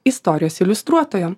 istorijos iliustruotojom